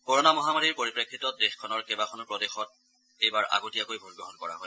corona মহামাৰীৰ পৰিপ্ৰেক্ষিতত দেশখনৰ কেইবাখনো প্ৰদেশৰ এইবাৰ আতগীয়াকৈ ভোটগ্ৰহণ কৰা হয়